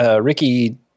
Ricky